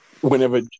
whenever